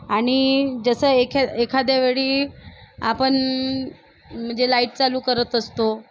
आणि जसं एख एखाद्या वेळी आपण म्हणजे लाईट चालू करत असतो